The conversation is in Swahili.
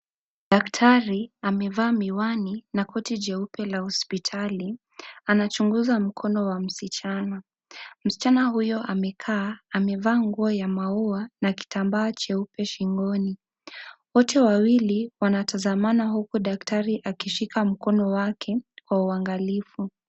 Daktari amevaa miwani na koti jeupe la hospitali, anachunguza mkono wa msichana, msichana huyo amekaa amevaa nguo ya maua na kitambaa jeupe shingoni wote wawili wanatazamana huku daktari akimshika mkono wake kwa uangalifu.